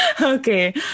Okay